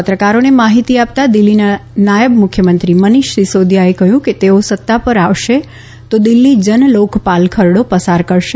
પત્રકારોને માફીતી આપતાં દીલ્ફીના નાયબ મુખ્યમંત્રી મનીષ સિસોદિયાએ કહ્યું કે તેઓ સત્તા પર આવશે તો દિલ્હી જનલોકપાલ ખરડો પસાર કરશે